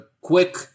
quick